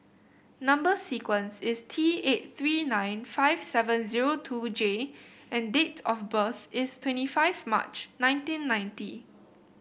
number sequence is T eight three nine five seven zero two J and date of birth is twenty five March nineteen ninety